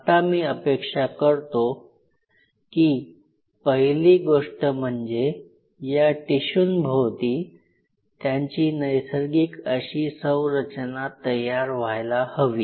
आता मी अपेक्षा करतो की पहिली गोष्ट म्हणजे या टिशूंभोवती त्यांची नैसर्गिक अशी संरचना तयार व्हायला हवी